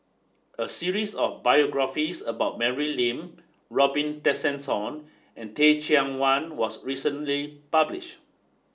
a series of biographies about Mary Lim Robin Tessensohn and Teh Cheang Wan was recently publish